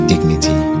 dignity